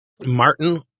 martin